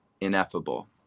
ineffable